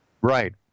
Right